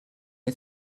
est